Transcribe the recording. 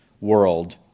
world